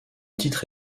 titre